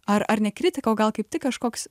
ar ar ne kritiką o gal kaip tik kažkoks